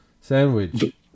Sandwich